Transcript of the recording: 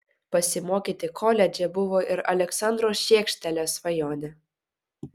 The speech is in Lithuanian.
pasimokyti koledže buvo ir aleksandro šiekštelės svajonė